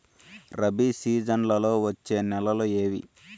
రబి సీజన్లలో వచ్చే నెలలు ఏవి?